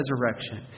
resurrection